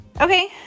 Okay